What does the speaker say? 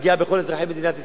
פגיעה בכל אזרחי מדינת ישראל,